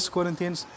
Corinthians